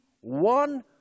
one